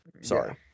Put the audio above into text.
Sorry